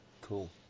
Cool